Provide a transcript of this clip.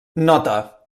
nota